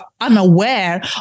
unaware